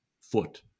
foot